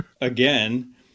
again